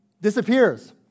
disappears